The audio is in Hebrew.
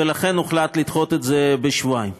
ולכן הוחלט לדחות את זה בשבועיים.